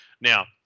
Now